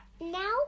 Now